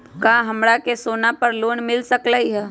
का हमरा के सोना पर लोन मिल सकलई ह?